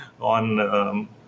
on